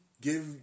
give